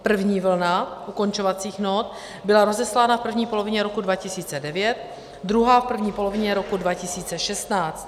První vlna ukončovacích nót byla rozeslána v první polovině roku 2009, druhá v první polovině roku 2016.